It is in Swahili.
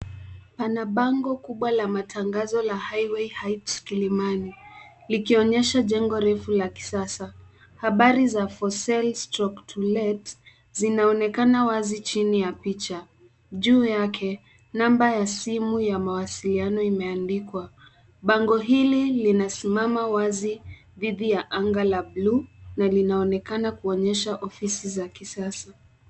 Pana bango kubwa la matangazo ya Highway Heights Kilimani, likionyesha jengo refu la kisasa. Habari za For Sale / to Let zinaonekana wazi chini ya picha. Juu yake, namba ya simu ya mawasiliano imeandikwa. Bango hili linasimama wazi dhidi ya anga la blue , na linaonekana kuonyesha ofisi za kisasa.